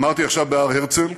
אמרתי עכשיו בהר הרצל